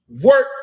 work